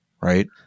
right